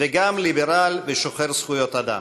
וגם ליברל ושוחר זכויות אדם,